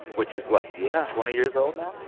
which is, what, yeah twenty years old now?